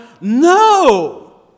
No